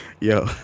Yo